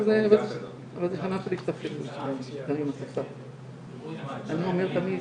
גשי לרופא והתעקשי לברר את טיבו וזה אומר,